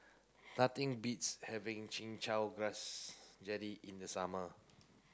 nothing beats having chin chow grass jelly in the summer